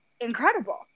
incredible